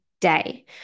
day